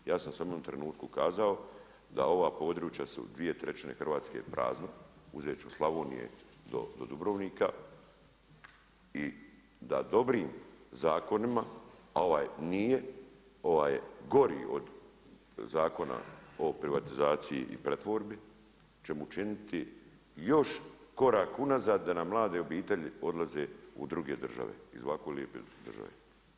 Ja sam samo u jednom trenutku kazao da ova područja su dvije trećine Hrvatske prazna, uzeti ću od Slavonije do Dubrovnika i da dobrim zakonima a ovaj nije, ovaj je gori od Zakona o privatizaciji i pretvorbi, ćemo učiniti još korak unazad da nam mlade obitelji odlaze u druge države iz ovako lijepe države.